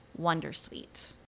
Wondersuite